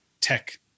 tech